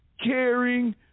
caring